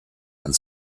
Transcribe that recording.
and